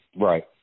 Right